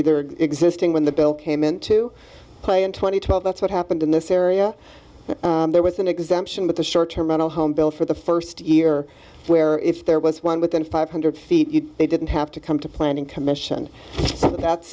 either existing when the bill came into play in two thousand and twelve that's what happened in this area there was an exemption but the short term on a home bill for the first year where if there was one within five hundred feet they didn't have to come to planning commission that's